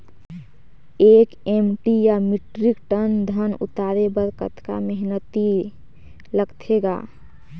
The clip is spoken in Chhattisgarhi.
एक एम.टी या मीट्रिक टन धन उतारे बर कतका मेहनती लगथे ग?